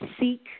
seek